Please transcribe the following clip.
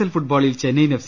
L ഫുട്ബോളിൽ Chennaiyin F